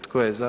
Tko je za?